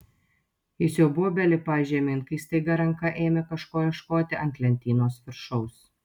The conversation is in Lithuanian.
jis jau buvo belipąs žemyn kai staiga ranka ėmė kažko ieškoti ant lentynos viršaus